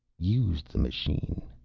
used the machine.